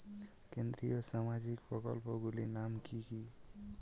কেন্দ্রীয় সামাজিক প্রকল্পগুলি নাম কি কি?